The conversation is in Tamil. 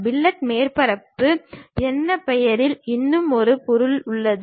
ஃபில்லட் மேற்பரப்பு என்ற பெயரில் இன்னும் ஒரு பொருள் உள்ளது